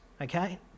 okay